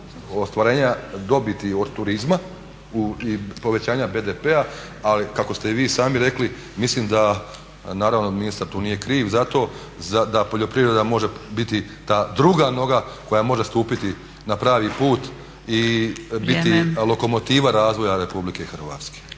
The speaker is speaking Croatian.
ostvarenja dobiti od turizma i povećanja BDP-a ali kako ste i vi sami rekli mislim da naravno ministar tu nije kriv za to da poljoprivreda može biti ta druga noga koja može stupiti na pravi put i biti lokomotiva razvoja Republike Hrvatske.